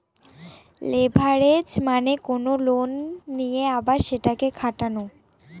leverage মানে কোনো loan নিয়ে আবার সেটাকে খাটানো